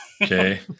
Okay